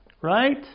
right